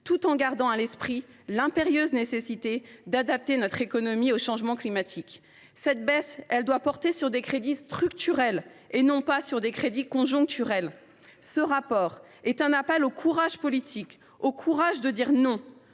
tout en gardant à l’esprit l’impérieuse nécessité d’adapter notre économie au changement climatique. Cette baisse de la dépense doit porter sur des crédits structurels et non conjoncturels. Ce rapport est un appel au courage politique, au courage de dire non.